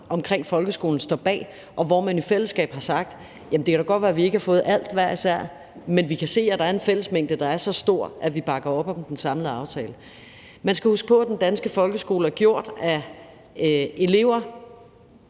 omkring folkeskolen står bag, og hvor man i fællesskab har sagt: Jamen det kan da godt være, at vi hver især ikke har fået alt, men vi kan se, at der er en fællesmængde, der er så stor, at vi bakker op om den samlede aftale. Man skal huske på, at den danske folkeskole er gjort af elever,